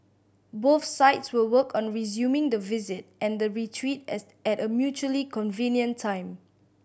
both sides will work on resuming the visit and the retreat as at a mutually convenient time